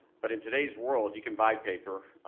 but in today's world you can buy paper,